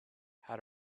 had